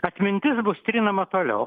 atmintis bus trinama toliau